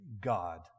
God